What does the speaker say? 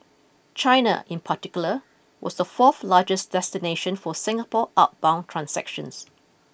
China in particular was the fourth largest destination for Singapore outbound transactions